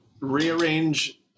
rearrange